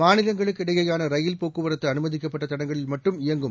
மாநிலங்களுக்குஇடையேயானரயில்போக்குவரத்துஅனு மதிக்கப்பட்டதடங்களில்மட்டும்இயங்கும்